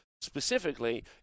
Specifically